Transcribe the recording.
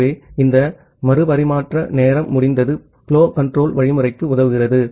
ஆகவே இந்த மறு பரிமாற்ற நேரம் முடிந்தது புலோ கன்ட்ரோல் வழிமுறைக்கு உதவுகிறது